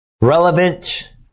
Relevant